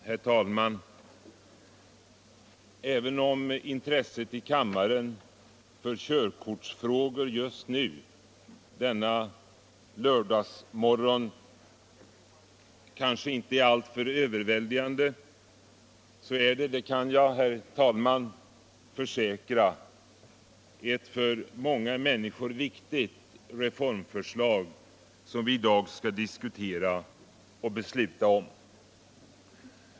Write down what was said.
Herr talman! Även om inresset i kammaren för körkortsfrågor just nu, denna lördagsmorgon, kanske inte är alltför överväldigande så är det — det kan jag, herr talman, försäkra — ett för många människor viktigt reformförslag som vi i dag skall diskutera och besluta om.